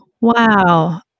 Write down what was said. Wow